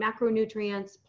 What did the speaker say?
macronutrients